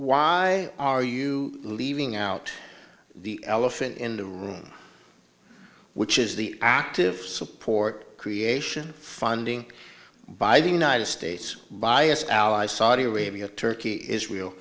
why are you leaving out the elephant in which is the active support creation funding by the united states biased allies saudi arabia turkey israel